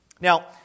Now